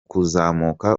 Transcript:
kuzamuka